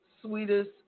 sweetest